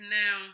now